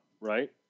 right